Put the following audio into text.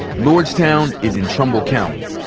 lordstown is in trumbull county,